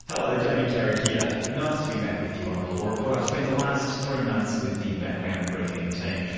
hello, damien carrick here. nice to be back with you on the law report. i've spent the last three months with the background briefing team.